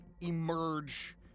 emerge